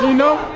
know?